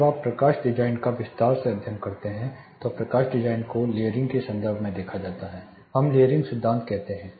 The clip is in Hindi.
जब आप प्रकाश डिजाइन का विस्तार से अध्ययन करते हैं तो प्रकाश डिजाइन को लेयरिंग के संदर्भ में देखा जाता है हम लेयरिंग सिद्धांत कहते हैं